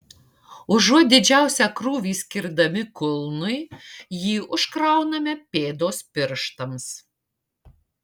užuot didžiausią krūvį skirdami kulnui jį užkrauname pėdos pirštams